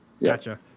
Gotcha